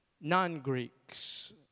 non-Greeks